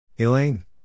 Elaine